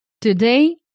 Today